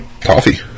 coffee